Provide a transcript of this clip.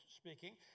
speaking